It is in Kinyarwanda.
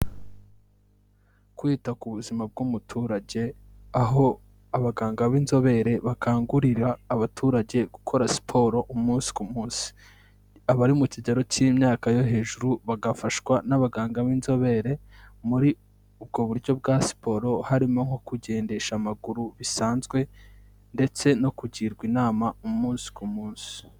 Kwita ku buzima bw'umuturage, aho abaganga b'inzobere bakangurira abaturage gukora siporo umunsi ku munsi. Abari mu kigero cy'imyaka yo hejuru, bagafashwa n'abaganga b'inzobere muri ubwo buryo bwa siporo harimo nko kugendesha amaguru bisanzwe ndetse no kugirwa inama umunsi ku munsi.